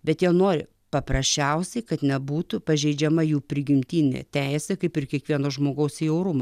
bet jie nori paprasčiausiai kad nebūtų pažeidžiama jų prigimtinė teisė kaip ir kiekvieno žmogaus į orumą